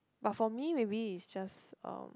but for me maybe it's just um